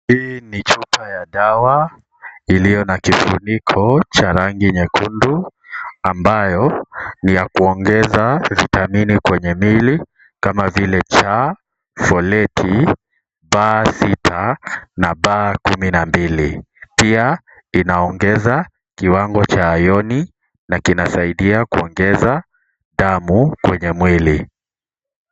Hii ni chupa ya dawa iliyo na kifuniko cha rangi ya nyekundu, ambayo ni ya kuongeza vitamini kwenye miili kama vile C, Folate B sita na B kumi na mbili. Pia inaongeza kiwango cha iron na kinasaidia kuongeza damu kwenye mwili.